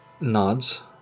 nods